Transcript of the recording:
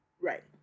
right